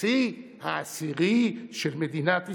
כנשיא העשירי של מדינת ישראל.